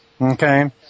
Okay